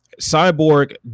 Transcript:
Cyborg